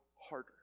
harder